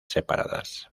separadas